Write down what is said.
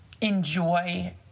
enjoy